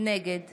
נגד